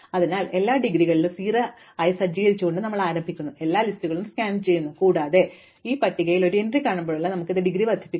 അതിനാൽ എല്ലാ ഡിഗ്രികളിലും 0 ആയി സജ്ജീകരിച്ചുകൊണ്ട് ഞങ്ങൾ ആരംഭിക്കുന്നു ഞങ്ങൾ എല്ലാ ലിസ്റ്റുകളും സ്കാൻ ചെയ്യുന്നു കൂടാതെ ഒരു പട്ടികയിൽ ഒരു എൻട്രി കാണുമ്പോഴെല്ലാം ഞങ്ങൾ ഇത് ഡിഗ്രിയിൽ വർദ്ധിപ്പിക്കുന്നു